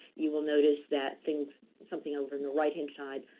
you will notice that things something over in the right-hand side,